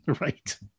Right